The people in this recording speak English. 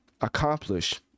accomplish